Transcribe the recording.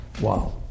Wow